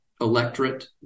electorate